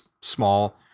small